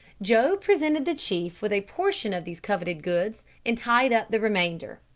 joe presented the chief with a portion of these coveted goods and tied up the remainder.